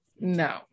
no